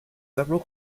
several